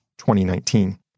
2019